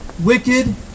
wicked